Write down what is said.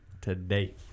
today